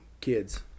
kids